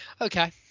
Okay